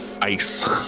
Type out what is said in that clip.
ice